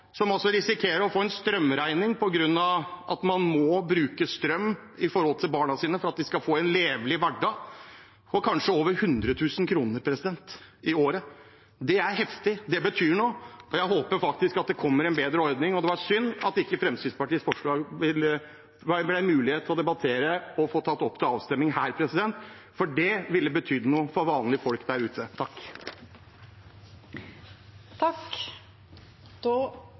som på grunn av at man må bruke strøm av hensyn til barna sine for at de skal få en levelig hverdag, risikerer å få en strømregning på kanskje over 100 000 kr i året. Det er heftig, det betyr noe, og jeg håper det kommer en bedre ordning. Det var synd at ikke Fremskrittspartiets forslag ble mulig å debattere og få tatt opp til avstemning, for det ville betydd noe for vanlige folk der ute.